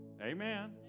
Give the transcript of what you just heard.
Amen